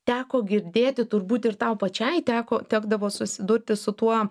teko girdėti turbūt ir tau pačiai teko tekdavo susidurti su tuo